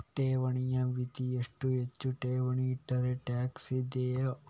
ಠೇವಣಿಯ ಮಿತಿ ಎಷ್ಟು, ಹೆಚ್ಚು ಠೇವಣಿ ಇಟ್ಟರೆ ಟ್ಯಾಕ್ಸ್ ಇದೆಯಾ?